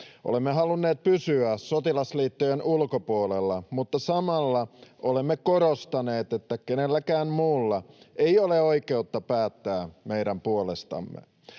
Olemme halunneet pysyä sotilasliittojen ulkopuolella, mutta samalla olemme korostaneet, että kenelläkään muulla ei ole oikeutta päättää meidän puolestamme.